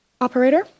Operator